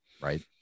right